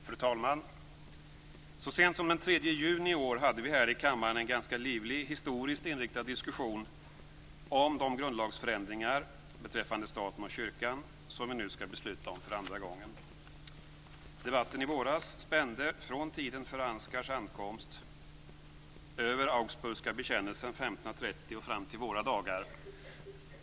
Fru talman! Så sent som den 3 juni i år hade vi här i kammaren en ganska livlig historiskt inriktad diskussion om de grundlagsförändringar beträffande staten och kyrkan som vi nu skall besluta om för andra gången. Debatten i våras spände från tiden för och fram till våra dagar.